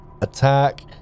attack